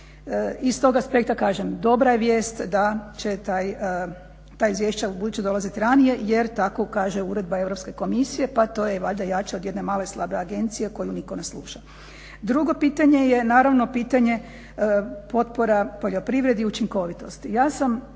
Iz tog aspekta kažem dobra je vijest da će taj izvješća ubuduće dolaziti ranije jer tako kaže uredba Europske komisije, pa to je i valjda jače od jedne male slabe agencije koju niko ne sluša. Drugo pitanje je naravno pitanje potpora poljoprivredi i učinkovitosti.